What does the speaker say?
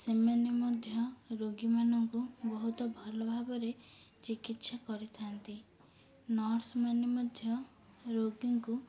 ସେମାନେ ମଧ୍ୟ ରୋଗୀମାନଙ୍କୁ ବହୁତ ଭଲ ଭାବରେ ଚିକିତ୍ସା କରିଥାନ୍ତି ନର୍ସମାନେ ମଧ୍ୟ ରୋଗୀଙ୍କୁ